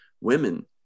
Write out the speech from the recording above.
women